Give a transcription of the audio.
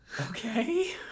Okay